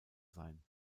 sein